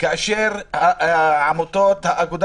תראו מה אומרת עמותות כמו: הסנגוריה,